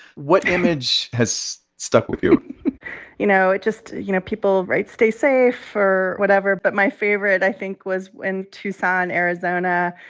what image has stuck with you? you know, it just you know, people write, stay safe, or whatever. but my favorite, i think, was in tucson, ariz. ah and